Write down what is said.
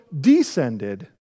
descended